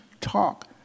talk